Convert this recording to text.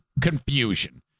confusion